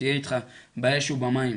שתהיה איתך באש ובמים.